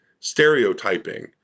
stereotyping